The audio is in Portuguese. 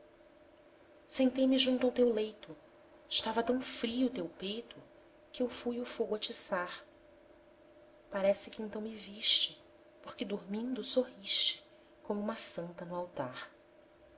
rezar sentei-me junto ao teu leito stava tão frio o teu peito que eu fui o fogo atiçar parece que então me viste porque dormindo sorriste como uma santa no altar